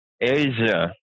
Asia